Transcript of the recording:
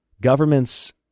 Governments